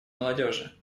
молодежи